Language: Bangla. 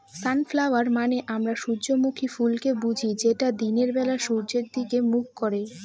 সনফ্ল্যাওয়ার মানে আমরা সূর্যমুখী ফুলকে বুঝি যেটা দিনের বেলা সূর্যের দিকে মুখ করে